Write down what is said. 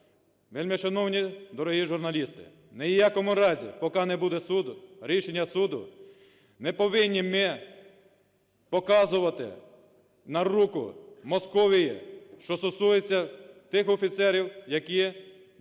вельмишановні, дорогі журналісти, ні в якому разі, поки не буде суду, рішення суду, не повинні ми показувати на руку Московії, що стосується тих офіцерів, які в